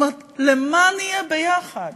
זאת אומרת, למה נהיה ביחד?